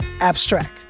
abstract